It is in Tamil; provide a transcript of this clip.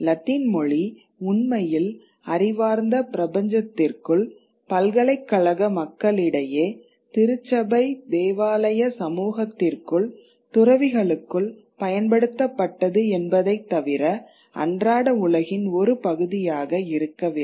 லத்தீன் மொழி உண்மையில் அறிவார்ந்த பிரபஞ்சத்திற்குள் பல்கலைக்கழக மக்களிடையே திருச்சபை தேவாலய சமூகத்திற்குள் துறவிகளுக்குள் பயன்படுத்தப்பட்டது என்பதை தவிர அன்றாட உலகின் ஒரு பகுதியாக இருக்கவில்லை